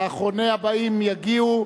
אחרוני הבאים יגיעו,